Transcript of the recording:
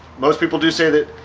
most people do say that